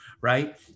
Right